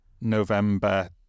November